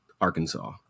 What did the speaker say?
Arkansas